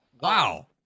wow